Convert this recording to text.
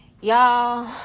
y'all